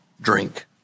drink